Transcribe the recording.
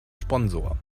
sponsor